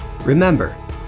Remember